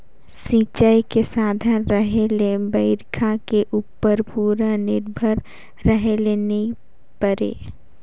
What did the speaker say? सिंचई के साधन रहें ले बइरखा के उप्पर पूरा निरभर रहे ले नई परे